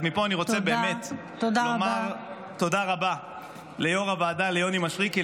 אז מפה אני רוצה באמת לומר תודה רבה ליו"ר הוועדה יוני מישרקי,